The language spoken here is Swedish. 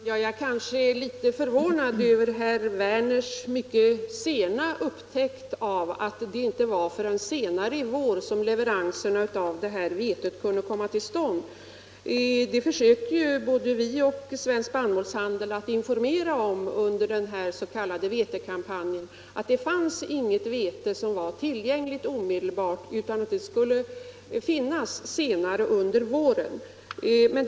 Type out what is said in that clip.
Herr talman! Jag kanske är litet förvånad över herr Werners i Malmö mycket sena upptäckt av att det inte var förrän i vår som leveranserna av vetet kunde komma till stånd. Både vi och Svensk Spannmålshandel försökte under den s.k. vetekampanjen informera om att det inte fanns något vete omedelbart tillgängligt, utan att det skulle finnas senare under våren.